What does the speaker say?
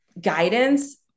guidance